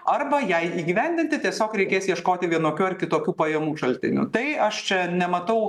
arba jai įgyvendinti tiesiog reikės ieškoti vienokių ar kitokių pajamų šaltinių tai aš čia nematau